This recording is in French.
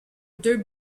deux